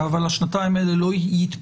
אבל השנתיים האלה לא יתפוגגו,